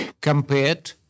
compared